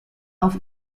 auf